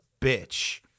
bitch